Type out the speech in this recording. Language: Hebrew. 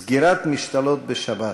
סגירת משתלות בשבת.